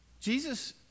Jesus